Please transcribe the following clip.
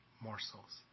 Morsels